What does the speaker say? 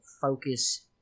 focus